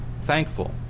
thankful